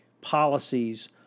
policies